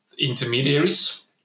intermediaries